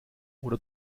oder